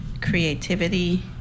creativity